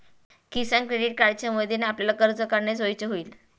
किसान credit कार्डच्या मदतीने आपल्याला कर्ज काढणे सोयीचे होईल